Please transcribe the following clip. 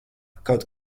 kaut